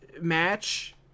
match